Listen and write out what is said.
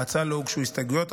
להצעה לא הוגשו הסתייגויות,